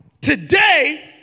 Today